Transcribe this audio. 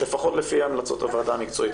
לפחות לפי המלצות הוועדה המקצועית.